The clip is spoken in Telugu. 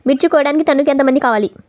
మిర్చి కోయడానికి టన్నుకి ఎంత మంది కావాలి?